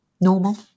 normal